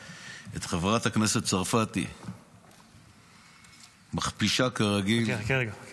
את חברת הכנסת צרפתי מכפישה כרגיל את